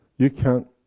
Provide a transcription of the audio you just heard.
you can.